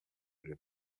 over